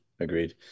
agreed